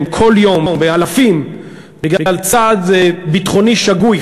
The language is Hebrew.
כל יום באלפים בגלל צעד ביטחוני שגוי,